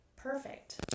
perfect